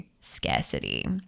scarcity